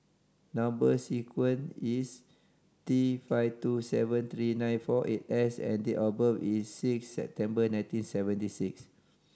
number sequence is T five two seven three nine four eight S and date of birth is six September nineteen seventy six